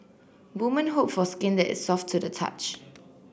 woman hope for skin that is soft to the touch